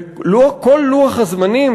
וכל לוח הזמנים,